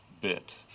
bit